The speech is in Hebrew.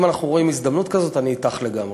אם אנחנו רואים הזדמנות כזאת, אני אתך לגמרי.